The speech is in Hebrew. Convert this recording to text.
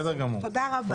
תודה רבה.